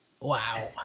Wow